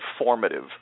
informative